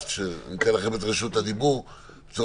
בגלל החלון?